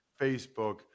Facebook